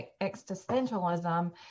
existentialism